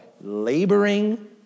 laboring